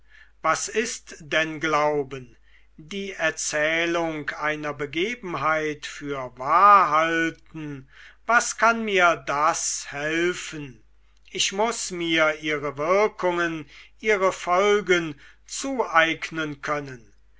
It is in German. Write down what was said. was ist denn glauben die erzählung einer begebenheit für wahr halten was kann mir das helfen ich muß mir ihre wirkungen ihre folgen zueignen können